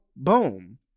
Boom